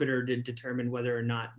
iter to determine whether or not